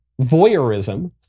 voyeurism